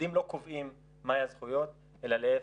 הפקידים לא קובעים מה יהיו הזכויות אלא להיפך,